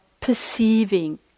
perceiving